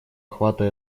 охвата